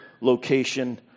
location